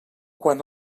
quan